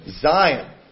Zion